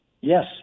Yes